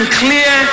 clear